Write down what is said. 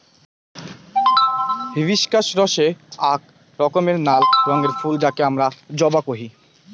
hibiscus হসে আক রকমের নাল রঙের ফুল যাকে হামরা জবা কোহি